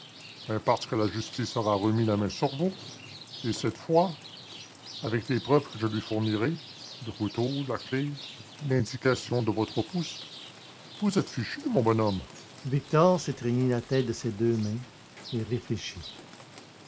mais parce que la justice aura remis la main sur vous et cette fois avec les preuves que je lui fournirai le couteau la clef l'indication du pouce vous êtes fichu mon bonhomme victor s'étreignit la tête de ses deux mains et réfléchit